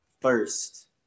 first